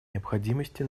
необходимости